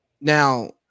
Now